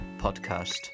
podcast